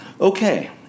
Okay